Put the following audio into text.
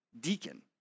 deacon